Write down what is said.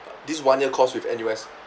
this one year course with N_U_S